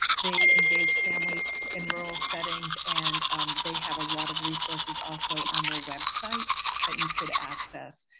they engage families in rural settings, and they have a lot of resources also on their website that you could access.